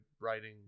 writing